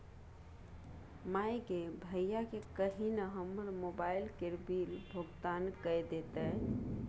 माय गे भैयाकेँ कही न हमर मोबाइल केर बिल भोगतान कए देतै